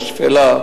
שפלה,